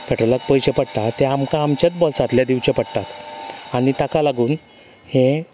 पेट्रोलाक पयशे पडटा ते आमकां आमचेच बोल्सांतले दिवचे पडटात आनी ताका लागून हें